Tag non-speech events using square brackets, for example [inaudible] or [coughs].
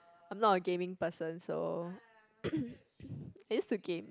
I'm not a gaming person so [coughs] I used to game